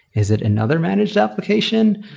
is it another managed application?